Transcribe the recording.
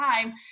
time